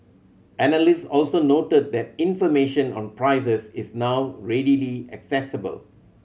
analyst also noted that information on prices is now readily accessible